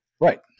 Right